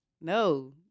no